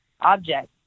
object